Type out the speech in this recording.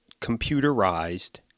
computerized